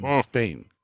Spain